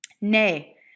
Nay